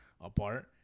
apart